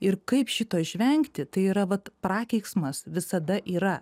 ir kaip šito išvengti tai yra vat prakeiksmas visada yra